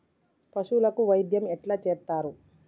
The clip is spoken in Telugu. పశువులకు వైద్యం ఎట్లా చేత్తరు?